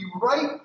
right